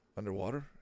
underwater